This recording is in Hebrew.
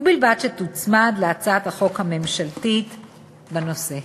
ובלבד שתוצמד להצעת החוק הממשלתית בנושא.